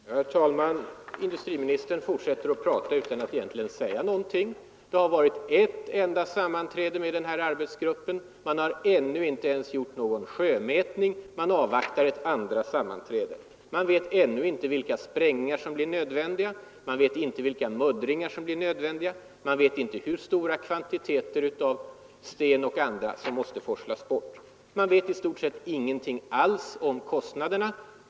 Herr talman! Industriministern fortsätter att tala utan att egentligen säga någonting. Den nämnda arbetsgruppen har haft ett enda sammanträde. Ännu har inte ens någon sjömätning gjorts. Mancavvaktar ett andra sammanträde. Man vet ännu inte vilka sprängflingar som blir nödvändiga. Man vet inte vilka muddringar som blir nödvändiga. Man vet inte hur stora kvantiteter sten och annat som måste forslas bort. Man vet i stort sett ingenting alls om kostnaderna.